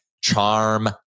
Charm